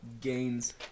Gains